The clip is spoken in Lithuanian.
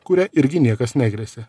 kuria irgi niekas negresia